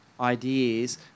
ideas